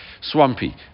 swampy